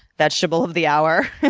vegetable of the hour,